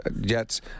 Jets